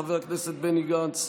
חבר הכנסת בני גנץ,